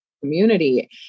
community